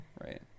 right